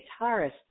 guitarist